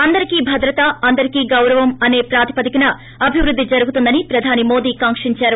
అందరికీ భద్రత అందరికీ గౌరవం అసే ప్రాతిపదికన అభివృద్ది జరుగుతుందని ప్రధాని మోదీ కాంకించారు